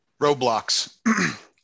Roblox